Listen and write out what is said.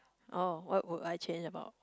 oh what would I change about